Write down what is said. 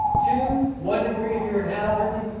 two, one degree if you're in haliburton.